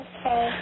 Okay